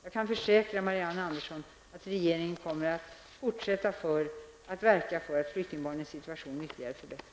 Jag kan försäkra Marianne Andersson att regeringen kommer att fortsätta att verka för att flyktingbarnens situation ytterligare förbättras.